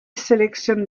sélectionne